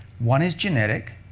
one is genetic,